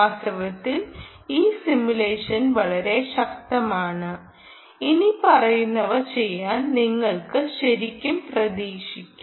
വാസ്തവത്തിൽ ഈ സിമുലേഷൻ വളരെ ശക്തമാണ് ഇനിപ്പറയുന്നവ ചെയ്യാൻ നിങ്ങൾക്ക് ശരിക്കും പ്രതീക്ഷിക്കാം